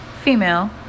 female